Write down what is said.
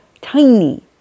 tiny